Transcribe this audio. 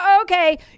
okay